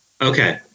Okay